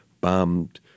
bombed